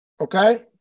Okay